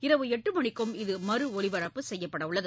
இரவு எட்டு மணிக்கும் இது மறு ஒலிபரப்பு செய்யப்படவுள்ளது